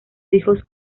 hijos